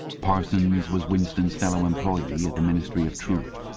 parsons was winston's fellow-employee at the ministry of truth.